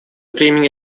времени